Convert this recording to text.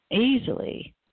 easily